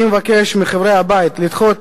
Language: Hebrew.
אני מבקש מחברי הבית לדחות